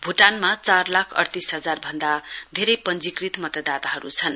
भूटानमा चार लाख अइतीस हजार भन्दा धेरै पञ्जीकृत मतदाताहरु छन